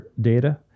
data